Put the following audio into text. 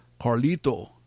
Carlito